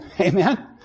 Amen